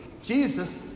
Jesus